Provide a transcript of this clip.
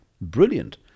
Brilliant